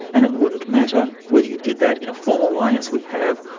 and it wouldn't matter whether you did that in a formal way, as we have,